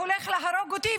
הולך להרוג אותי.